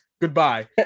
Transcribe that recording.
goodbye